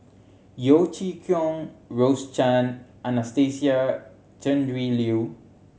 Yeo Chee Kiong Rose Chan Anastasia Tjendri Liew